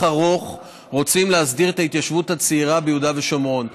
ארוך רוצים להסדיר את ההתיישבות הצעירה ביהודה ושומרון.